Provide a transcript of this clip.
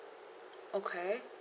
okay